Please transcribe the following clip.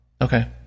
okay